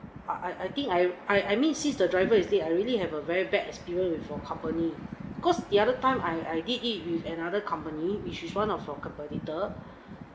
I I I think I I I mean since the driver is late I really have a very bad experience with your company because the other time I I did it with another company which is one of your competitor